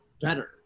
better